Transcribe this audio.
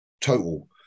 total